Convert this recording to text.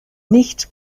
nicht